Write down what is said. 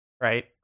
Right